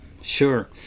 Sure